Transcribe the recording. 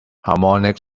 harmonic